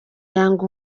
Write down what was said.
yanga